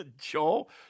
Joel